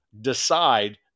decide